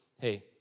Hey